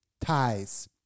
Ties